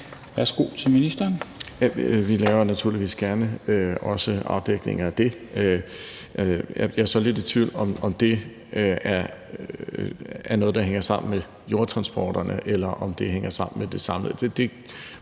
Engelbrecht): Vi laver naturligvis også gerne en afdækning af det. Jeg er så lidt i tvivl, om det er noget, der hænger sammen med jordtransporterne, eller om det hænger sammen med det samlede